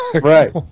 right